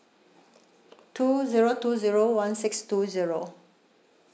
two zero two zero one six two zero